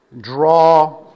draw